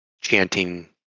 chanting